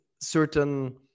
certain